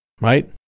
right